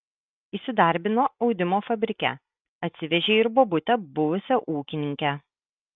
įsidarbino audimo fabrike atsivežė ir bobutę buvusią ūkininkę